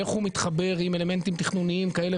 איך הוא מתחבר עם אלמנטים תכנוניים כאלה